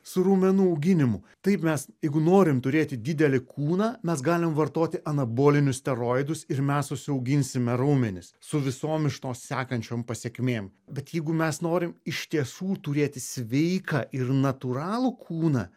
su raumenų auginimu taip mes jeigu norim turėti didelį kūną mes galim vartoti anabolinius steroidus ir mes užsiauginsime raumenis su visom iš to sekančiom pasekmėm bet jeigu mes norim iš tiesų turėti sveiką ir natūralų kūną